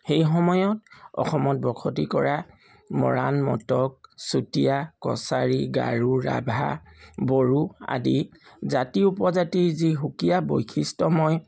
সেই সময়ত অসমত বসতি কৰা মৰাণ মটক চুতীয়া কছৰী গাৰো ৰাভা বড়ো আদি জাতি উপজাতি যি সুকীয়া বৈশিষ্ট্য়ময়